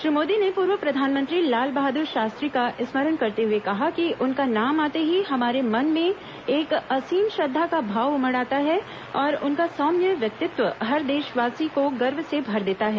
श्री मोदी ने पूर्व प्रधानमंत्री लाल बहादुर शास्त्री का स्मरण करते हुए कहा कि उनका नाम आते ही हमारे मन में एक असीम श्रद्वा का भाव उमड़ आता है और उनका सौम्य व्यक्तित्व हर देशवासी को गर्व से भर देता है